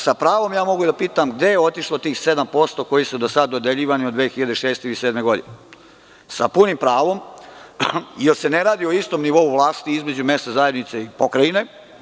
Sa pravom mogu da pitam – gde je otišlo 7%koji su do sada dodeljivani od 2006. ili 2007. godine sa punim pravom jer se ne radi o istom nivou vlasti između MZ i pokrajine?